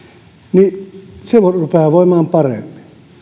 rupeaa voimaan paremmin